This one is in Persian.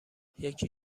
یکی